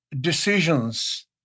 decisions